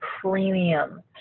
premium